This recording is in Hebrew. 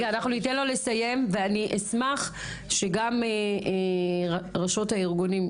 אנחנו ניתן לו לסיים ואני אשמח שגם רשות הארגונים,